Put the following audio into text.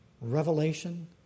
revelation